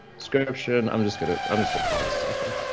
scription, i'm just gonna. i'm just gonna call this sci-fi.